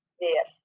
yes